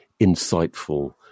insightful